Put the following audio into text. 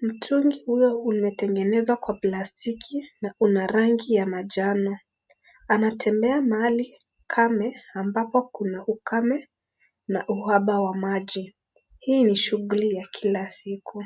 Mtungi huyo uliyetengeneza kwa plastiki na una rangi ya manjano. Anatembea mahali kame, ambapo kuna ukame na uhaba wa maji. Hii ni shughuli ya kila siku.